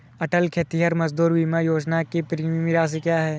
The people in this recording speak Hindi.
अटल खेतिहर मजदूर बीमा योजना की प्रीमियम राशि क्या है?